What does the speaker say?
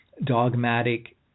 dogmatic